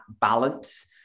balance